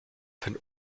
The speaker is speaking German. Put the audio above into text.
wenn